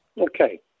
Okay